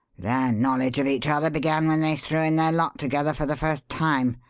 their knowledge of each other began when they threw in their lot together for the first time,